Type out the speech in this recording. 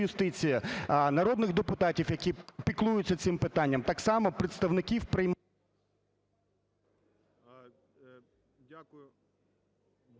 народних депутатів, які піклуються цим питанням, так само представників…